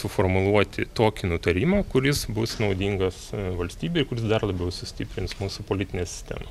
suformuluoti tokį nutarimą kuris bus naudingas valstybei kuris dar labiau sustiprins mūsų politinę sistemą